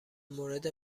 مورد